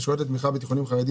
התקשרויות לתמיכה בתיכונים חרדיים